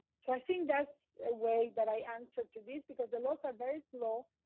so i think that's a way that i answer to this because the laws are very slow.